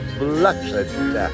blessed